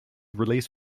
release